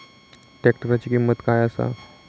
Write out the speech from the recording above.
ट्रॅक्टराची किंमत काय आसा?